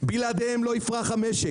בלעדיהם לא יפרח המשק.